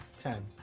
ten.